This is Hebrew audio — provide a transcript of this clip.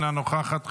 אינה נוכחת,